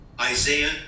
Isaiah